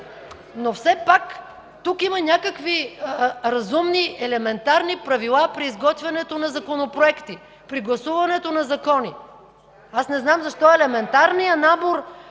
Но все пак тук има някакви разумни, елементарни правила при изготвянето на законопроекти, при гласуването на закони. Аз не знам защо елементарният набор,